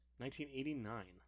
1989